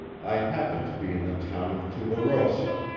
i happened to be in the town of tularosa,